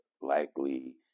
likely